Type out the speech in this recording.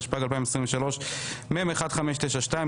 התשפ"ג-2023 (מ/1592),